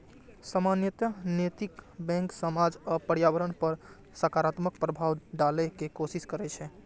सामान्यतः नैतिक बैंक समाज आ पर्यावरण पर सकारात्मक प्रभाव डालै के कोशिश करै छै